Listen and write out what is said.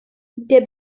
der